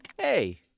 Hey